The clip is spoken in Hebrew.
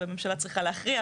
והממשלה צריכה להכריע,